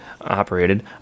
operated